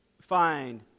find